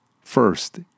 first